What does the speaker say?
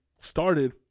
started